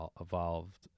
evolved